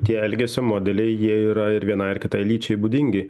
tie elgesio modeliai jie yra ir vienai ir kitai lyčiai būdingi